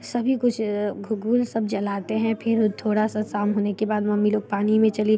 सभी कुछ गुग्गुल सब जलाते हैं फिर थोड़ा सा शाम होने के बाद मम्मी लोग पानी में चली